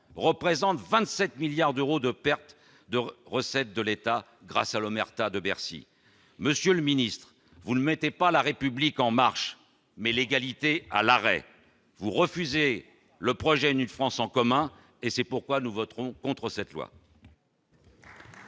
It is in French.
représentent 27 milliards d'euros de pertes de recettes pour l'État, grâce à l'omerta de Bercy. Monsieur le secrétaire d'État, vous ne mettez pas la République en marche, mais l'égalité à l'arrêt. Vous refusez le projet d'une France en commun ; c'est pourquoi nous voterons contre cette loi.